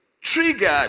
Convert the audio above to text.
triggered